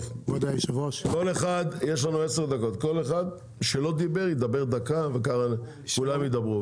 יש לנו עשר דקות כל אחד שלא דיבר ידבר דקה וככה כולם ידברו.